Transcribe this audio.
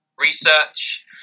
Research